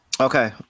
Okay